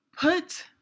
put